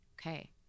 okay